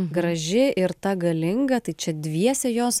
graži ir ta galinga tai čia dviese jos